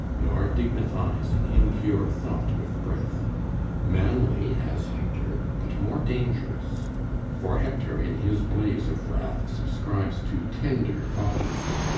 nor dignifies an impair thought with breath manly as hector, but more dangerous for hector in his blaze of wrath subscribes to tender objects,